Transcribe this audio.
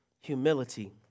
Humility